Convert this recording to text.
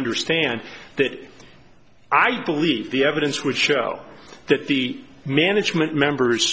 understand that i believe the evidence would show that the management members